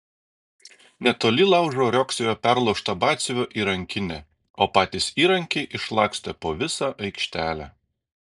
netoli laužo riogsojo perlaužta batsiuvio įrankinė o patys įrankiai išlakstę po visą aikštelę